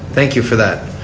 thank you for that.